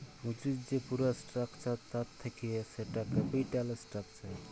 পুঁজির যে পুরা স্ট্রাকচার তা থাক্যে সেটা ক্যাপিটাল স্ট্রাকচার